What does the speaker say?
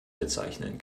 bezeichnen